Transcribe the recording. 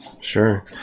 Sure